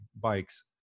bikes